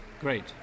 great